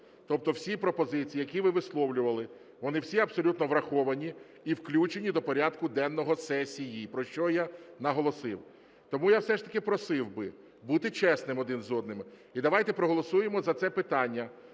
Тобто всі пропозиції, які ви висловлювали, вони всі абсолютно враховані і включені до порядку денного сесії, про що я наголосив. Тому я все ж таки просив би бути чесним один з одним, і давайте проголосуємо за це питання